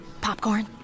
Popcorn